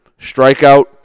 strikeout